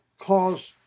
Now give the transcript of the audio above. cause